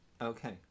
Okay